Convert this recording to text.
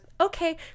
okay